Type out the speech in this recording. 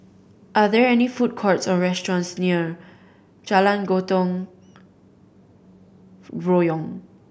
are there any food courts or restaurants near Jalan Gotong Royong